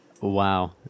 Wow